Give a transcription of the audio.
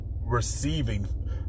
receiving